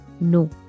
No